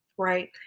Right